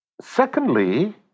Secondly